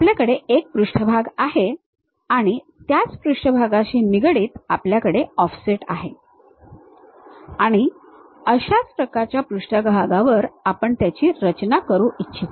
आपल्याकडे एका पृष्ठभाग आहि आणि त्याच पृष्ठभागाशी निगडित आपल्याकडे ऑफसेट आहे आणि अशाच प्रकारच्या पृष्ठभागावर आपण त्याची रचना करू इच्छितो